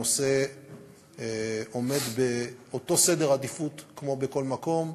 הנושא עומד באותה עדיפות כמו בכל מקום.